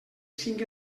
cinc